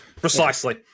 precisely